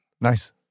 Nice